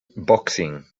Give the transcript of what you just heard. boxing